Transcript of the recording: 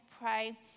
pray